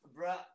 bruh